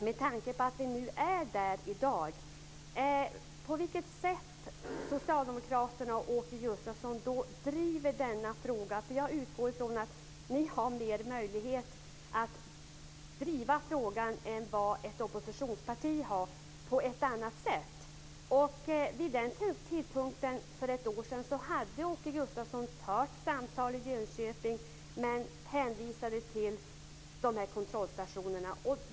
Med tanke på att vi nu är där i dag vill jag fråga Åke Gustavsson på vilket sätt Socialdemokraterna och Åke Gustavsson driver denna fråga. Jag utgår från att ni har större möjligheter att driva frågan på ett annat sätt än ett oppositionsparti. Vid denna tidpunkt för ett år sedan hade Åke Gustavsson fört samtal i Jönköping men hänvisade till dessa kontrollstationer.